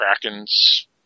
Kraken's